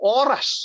oras